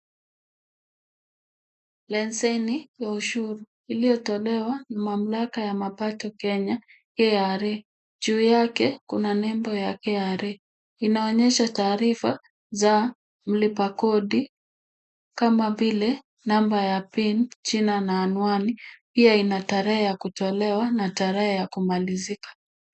Leseni ya ushuru iliyotolewa na Mamlaka ya Mapato ya Kenya KRA, juu yake kuna nembo ya KRA, inaonyesha taarifa ya mlipa kodi kama vile namba za PIN, jina, na anwani. Pia inatarehe ya kuchelewa na tarehe ya kumalizika.